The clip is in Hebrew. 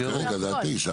שכרגע זה עד תשע.